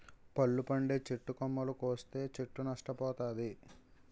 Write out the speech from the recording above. పళ్ళు పండే చెట్టు కొమ్మలు కోస్తే చెట్టు నష్ట పోతాది